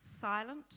silent